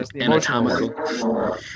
anatomical